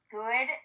good